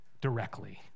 directly